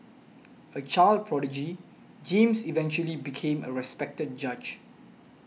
a child prodigy James eventually became a respected judge